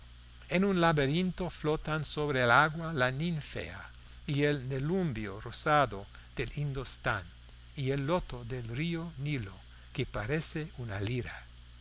en un laberinto flotan sobre el agua la ninfea y el nelumbio rosado del indostán y el loto del río nilo que parece una lira